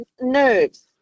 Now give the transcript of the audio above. nerves